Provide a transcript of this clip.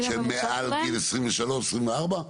שהם מעל גיל 23, 24?